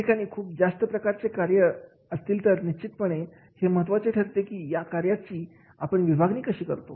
अशा ठिकाणी खूप जास्त प्रकारचे कार्य असतील तर निश्चितपणे हे महत्त्वाचे ठरते की या सर्व कार्याची आपण विभागणी कशी करतो